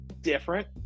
Different